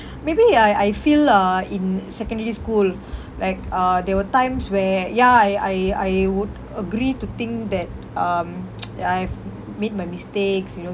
maybe I I feel uh in secondary school like uh there were times where ya I I I would agree to think that um ya I've made my mistakes you know